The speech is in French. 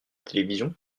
télévision